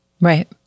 Right